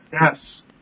yes